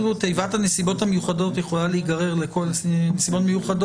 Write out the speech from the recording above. תיבת הנסיבות המיוחדות יכולה להיגרר לכל מיני דברים.